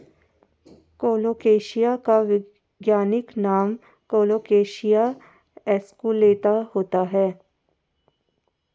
colocasia का वैज्ञानिक नाम कोलोकेशिया एस्कुलेंता होता है